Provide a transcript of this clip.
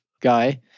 guy